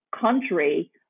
country